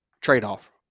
trade-off